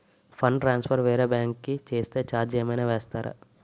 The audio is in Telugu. ఫండ్ ట్రాన్సఫర్ వేరే బ్యాంకు కి చేస్తే ఛార్జ్ ఏమైనా వేస్తారా?